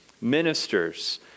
ministers